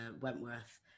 Wentworth